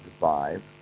five